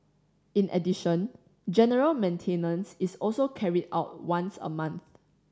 in addition general maintenance is also carried out once a month